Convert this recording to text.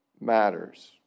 matters